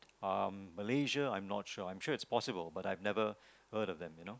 uh Malaysia I'm not sure I'm sure it's possible but I've never heard of that you know